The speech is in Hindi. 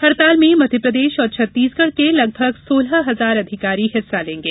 हड़ताल में मध्यप्रदेश और छत्तीसगढ़ के लगभग सोलह हजार अधिकारी हिस्सा लेंगे